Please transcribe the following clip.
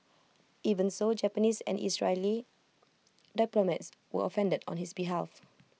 even so Japanese and Israeli diplomats were offended on his behalf